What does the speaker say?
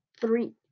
Three